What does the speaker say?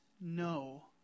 no